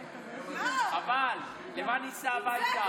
חבל, למה ניסע הביתה?